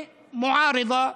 מובן שהממשלה מתנגדת,